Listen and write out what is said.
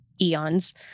eons